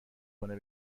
کنه